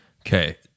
Okay